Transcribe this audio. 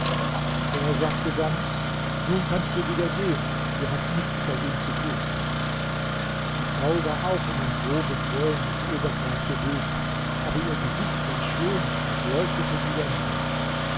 er sagte dann nun kannst du wieder gehen du hast nichts bei ihm zu tun die frau war auch in ein grobes wollenes oberkleid gehüllt aber ihr gesicht war schön und leuchtete wie der mond